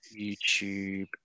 YouTube